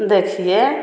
देखिए